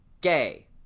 Gay